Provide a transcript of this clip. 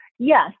Yes